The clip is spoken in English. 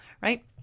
right